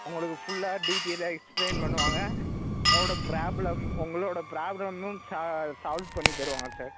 உங்களுக்கு ஃபுல்லாக டீட்டைல்லாக எக்ஸ்ப்ளைன் பண்ணுவாங்க உங்களோடய ப்ராப்ளம் உங்களோடய ப்ராப்ளமும் சால் சால்வ் பண்ணித் தருவாங்க சார்